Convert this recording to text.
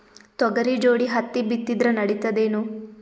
ತೊಗರಿ ಜೋಡಿ ಹತ್ತಿ ಬಿತ್ತಿದ್ರ ನಡಿತದೇನು?